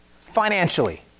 Financially